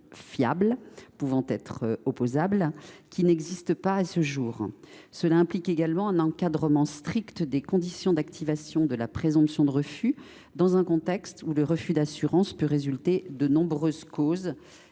fiable et opposable, laquelle n’existe pas à ce jour. Le dispositif implique également un encadrement strict des conditions d’activation de la présomption de refus, dans un contexte où le refus d’assurance peut résulter de nombreuses causes